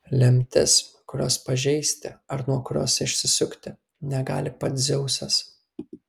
lemtis kurios pažeisti ar nuo kurios išsisukti negali pats dzeusas